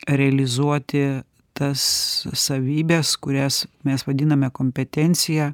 realizuoti tas savybes kurias mes vadiname kompetencija